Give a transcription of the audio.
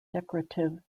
decorative